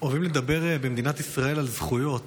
אוהבים לדבר במדינת ישראל על זכויות,